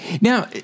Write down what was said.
Now